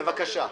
בבקשה.